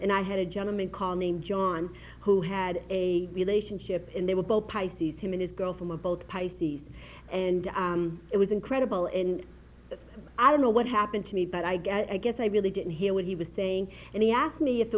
and i had a gentleman call named john who had a relationship and they were both pisces him and his girl from a both pisces and it was incredible and i don't know what happened to me but i guess i guess i really didn't hear what he was saying and he asked me if